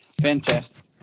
Fantastic